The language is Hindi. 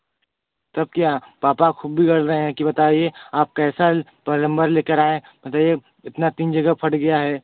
तब क्या पापा खुद बिगड़ रहे हैं कि बताईए आप कैसा प्लमबर लेकर आए बताईए इतना तीन जगह फट गया है